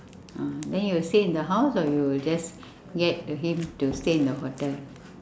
ah then you will stay in the house or you'll just get to him to stay in the hotel